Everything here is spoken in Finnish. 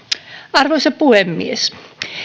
arvoisa puhemies